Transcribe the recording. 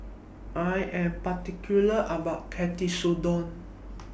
I Am particular about Katsudon